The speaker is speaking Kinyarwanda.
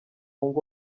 ngo